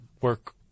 work